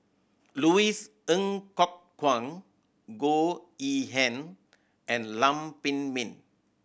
Louis Ng Kok Kwang Goh Yihan and Lam Pin Min